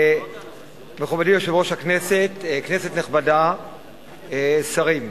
מכובדי היושב-ראש, כנסת נכבדה, שרים,